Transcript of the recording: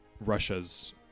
Russia's